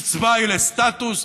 קצבה היא לסטטוס,